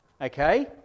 okay